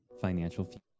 Financial